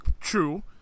True